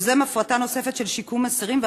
יוזם הפרטה נוספת של שיקום אסירים,